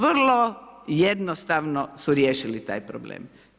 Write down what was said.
Vrlo jednostavno su riješili taj problem.